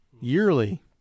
Yearly